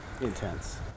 intense